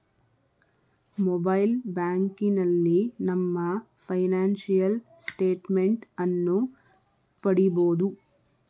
mobile ಬ್ಯಾಂಕಿನಲ್ಲಿ ನಮ್ಮ financial statement ಅನ್ನು ಪಡಿಬೋದು